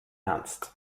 ernst